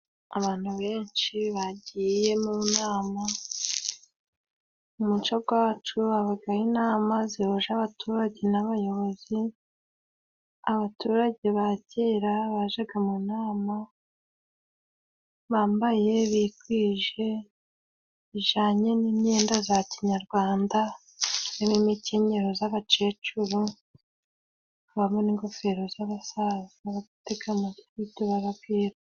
Abantu benshi bagiye mu nama, mu muco gwacu habagaho inama zihuje abaturage n'abayobozi. Abaturage ba kera bajaga mu nama bambaye bikwije, bijanye n'imyenda za kinyarwanda n'imikenyero z'abakecuru habamo n'ingofero z'abasaza batega amatwi ibyo barabwirwa.